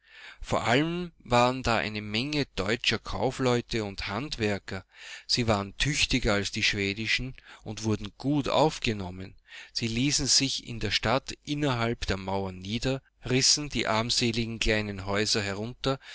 vor allem waren da eine menge deutscher kaufleute und handwerker sie waren tüchtiger als die schwedischen und wurden gut aufgenommen sie ließen sich in der stadt innerhalb der mauern nieder rissen die armseligen kleinen häuser herunter